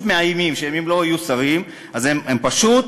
מאיימים שאם הם לא יהיו שרים אז הם פשוט